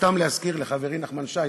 סתם להזכיר לחברי נחמן שי,